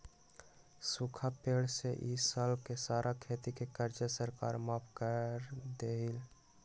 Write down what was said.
सूखा पड़े से ई साल के सारा खेती के कर्जा सरकार माफ कर देलई